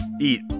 eat